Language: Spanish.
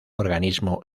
organismo